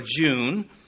June